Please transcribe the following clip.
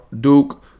Duke